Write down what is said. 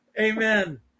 amen